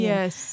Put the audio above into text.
Yes